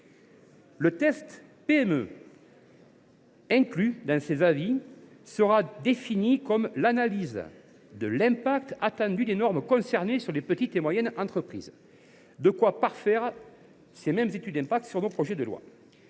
Le « test PME » inclus dans ces avis sera défini comme « [l’]analyse de l’impact attendu des normes concernées sur les petites et moyennes entreprises », de quoi parfaire les études d’impact de nos projets de loi…